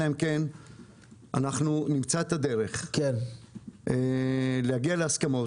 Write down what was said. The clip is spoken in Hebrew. אלא אם כן אנחנו נמצא את הדרך להגיע להסכמות,